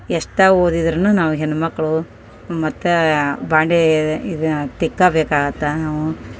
ಎಷ್ಟು ಓದಿದ್ರುನೂ ನಾವು ಹೆಣ್ಣು ಮಕ್ಕಳು ಮತ್ತು ಬಾಂಡೀ ಇದು ಇದು ತಿಕ್ಕಬೇಕಾಗುತ್ತೆ ನಾವು